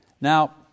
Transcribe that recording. Now